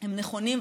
הם נכונים,